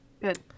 Good